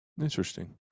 interesting